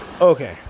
Okay